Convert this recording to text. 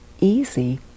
easy